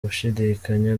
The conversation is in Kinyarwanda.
gushidikanya